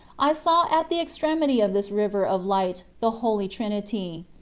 i saw at the extremity of this river of light the holy trinity.